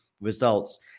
results